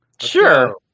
Sure